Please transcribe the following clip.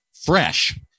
fresh